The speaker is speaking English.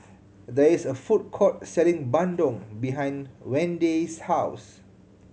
there is a food court selling bandung behind Wende's house